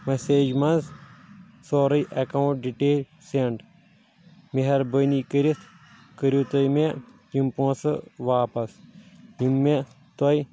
message منٛز سورٕے account detail send مہربٲنی کٔرِتھ کرو تُہۍ مےٚ یِم پونٛسہٕ واپس یِم مےٚ تۄہہِ